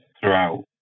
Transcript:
throughout